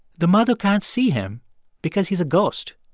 the mother can't see him because he's a ghost.